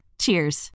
Cheers